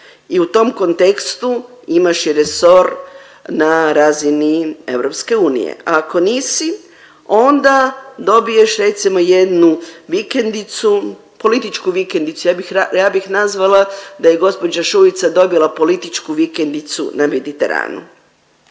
i u tom kontekstu imaš i resor na razini EU, ako nisi onda dobiješ recimo jednu vikendicu, političku vikendicu, ja bih nazvala da je gospođa Šuica dobila političku vikendicu na Mediteranu.